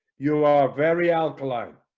you are very alkaline